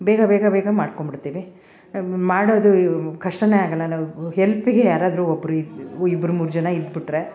ಬೇಗ ಬೇಗ ಬೇಗ ಮಾಡ್ಕೊಂಡು ಬಿಡ್ತೀವಿ ಮಾಡೋದು ಕಷ್ಟ ಆಗಲ್ಲ ನಾವ್ ಹೆಲ್ಪಿಗೆ ಯಾರಾದರೂ ಒಬ್ಬರು ಇಬ್ ಇಬ್ಬರು ಮೂರು ಜನ ಇದ್ಬುಟ್ರೆ